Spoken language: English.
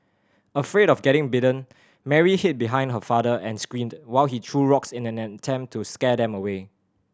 afraid of getting bitten Mary hid behind her father and screamed while he threw rocks in an attempt to scare them away